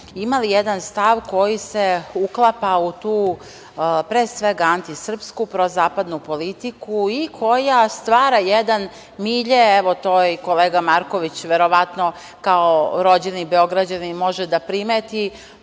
imali jedan stav koji se uklapa u tu, pre svega antisrpsku, prozapadnu politiku i koja stvara jedan milje. Evo, to i kolega Marković, verovatno kao rođeni Beograđanin, može da primeti,